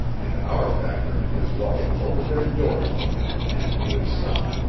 and our factor and his wife opened their doors to him and to his son,